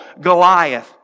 Goliath